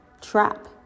trap